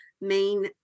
main